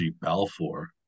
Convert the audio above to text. balfour